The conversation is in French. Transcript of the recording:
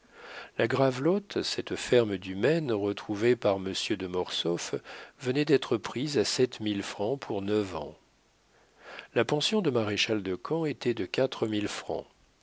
la gravelotte cette ferme du maine retrouvée par monsieur de mortsauf venait d'être prise à sept mille francs pour neuf ans la pension du maréchal-de-camp était de quatre mille francs